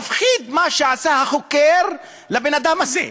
מפחיד מה שעשה החוקר לבן-אדם הזה.